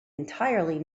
entirely